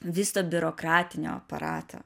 viso biurokratinio aparato